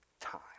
time